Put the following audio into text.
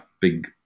big